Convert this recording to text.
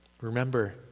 Remember